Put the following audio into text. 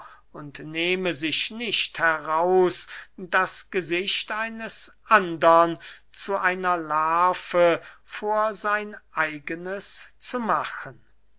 und nehme sich nicht heraus das gesicht eines andern zu einer larve vor sein eigenes zu machen